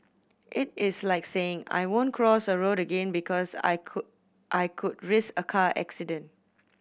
it is like saying I won't cross a road again because I could I could risk a car accident